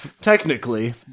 technically